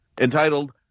entitled